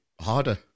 harder